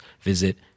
visit